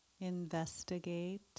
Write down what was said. investigate